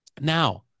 Now